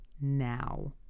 Now